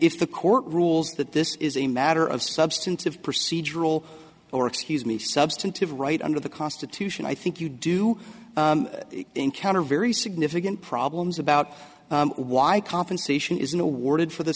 if the court rules that this is a matter of substantive procedural or excuse me substantive right under the constitution i think you do encounter very significant problems about why i compensation isn't awarded for the